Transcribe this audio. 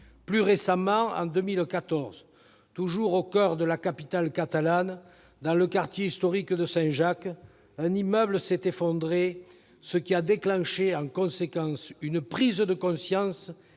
Plus récemment, en 2014, toujours au coeur de la capitale catalane, dans le quartier historique de Saint-Jacques, un immeuble s'est écroulé, ce qui a déclenché une prise de conscience